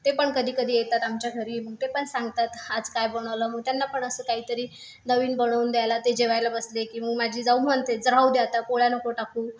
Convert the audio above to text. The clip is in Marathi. ते पण कधीकधी येतात आमच्या घरी मग ते पण सांगतात आज काय बनवलं मग त्यांना पण असं काहीतरी नवीन बनवून द्यायला ते जेवायला बसले की मग माझी जाऊ म्हणते राहू द्या आता पोळ्या नको टाकू